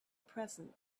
present